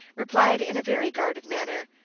replied in a very guarded manner,